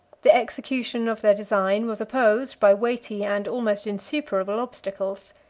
the execution of their design was opposed by weighty and almost insuperable obstacles.